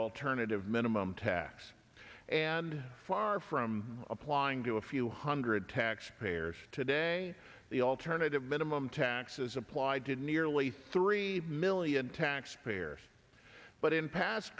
alternative minimum tax and far from applying to a few hundred taxpayers today the alternative minimum tax is applied did nearly three million taxpayers but in past